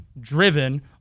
driven